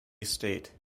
state